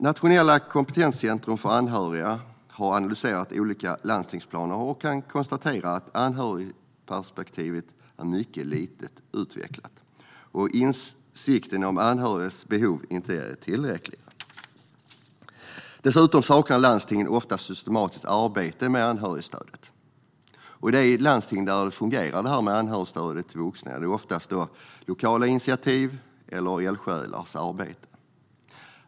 Nationellt kompetenscentrum för anhöriga har analyserat olika landstingsplaner och kan konstatera att anhörigperspektivet är mycket lite utvecklat och att insikten om anhörigas behov inte är tillräcklig. Dessutom saknar landstingen ofta systematiskt arbete med anhörigstödet. I de landsting där anhörigstödet till vuxna fungerar är det ofta till följd av lokala initiativ eller eldsjälars arbete.